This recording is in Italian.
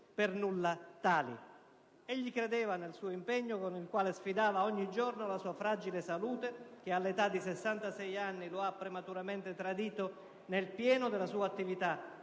per nulla tali? Egli credeva nel suo impegno, con il quale sfidava, ogni giorno, la sua fragile salute che, all'età di 66 anni, lo ha prematuramente tradito nel pieno della sua attività,